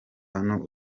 hano